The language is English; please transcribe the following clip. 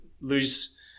lose